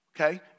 Okay